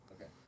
Okay